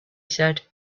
said